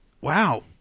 wow